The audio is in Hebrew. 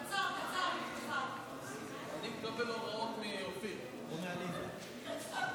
אדוני היושב-ראש, חבריי חברי הכנסת, השרים,